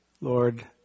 Lord